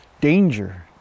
danger